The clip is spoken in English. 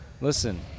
Listen